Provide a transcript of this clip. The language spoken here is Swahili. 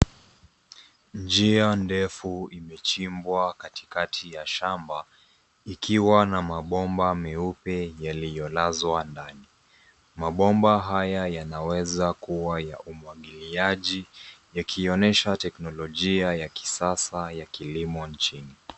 Njia ndefu imechimbwa katikati ya shamba ikiwa na mabomba meupe yaliyolazwa ndani. Mabomba haya yanaweza kuwa ya umwagiliaji yakionyesha teknolojia ya kisasa ya kilimo nchini.